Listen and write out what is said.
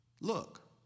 look